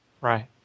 Right